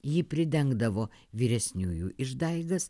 ji pridengdavo vyresniųjų išdaigas